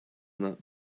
not